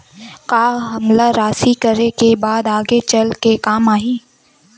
का हमला राशि करे के बाद आगे चल के काम आही?